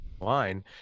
line